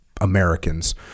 Americans